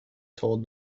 told